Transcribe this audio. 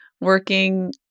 working